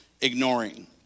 ignoring